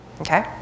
Okay